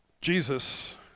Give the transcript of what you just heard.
Jesus